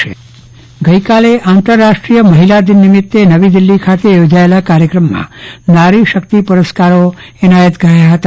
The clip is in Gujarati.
ચદ્રવદન પટણી કચ્છ મહિલાને અવોડ ગઈકાલે આંતરરાષ્ટ્રીય મહિલાદિન નિમિતે નવી દિલ્હી પાસે યોજાયેલા કાર્યકમમાં નારી શકિત પુરસ્કારો એનાયત કરાયા હતા